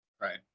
Right